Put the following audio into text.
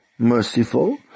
merciful